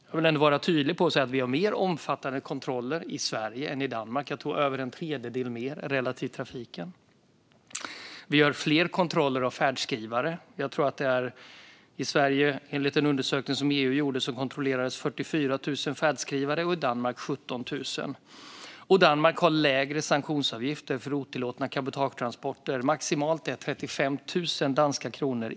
Jag vill vara tydlig med att vi har mer omfattande kontroller i Sverige än i Danmark - jag tror över en tredjedel mer relativt till trafiken. Vi gör fler kontroller av färdskrivare. Enligt en undersökning som EU gjort kontrollerades i Sverige 44 000 färdskrivare och i Danmark 17 000. Danmark har också lägre sanktionsavgifter för otillåtna cabotagetransporter - maximum är 35 000 danska kronor.